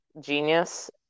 Genius